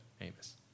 Amos